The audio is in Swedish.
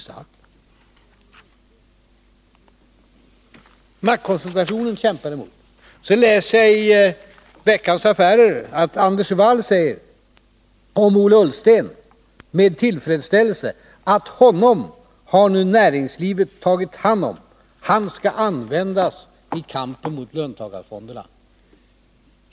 Maktkoncentrationen kämpar ni emot. Så läste jag i Veckans Affärer att Anders Wall säger om Ola Ullsten med tillfredsställelse att ”honom har nu näringslivet tagit hand om — han ska användas i kampen mot löntagarfonderna”.